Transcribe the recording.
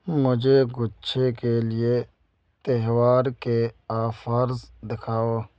مجھے گچھے کے لیے تہوار کے آفرز دکھاؤ